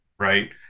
Right